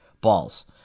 balls